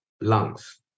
lungs